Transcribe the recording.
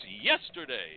yesterday